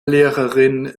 lehrerin